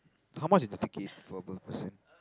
how much is the ticket for per person